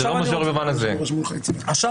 אם זה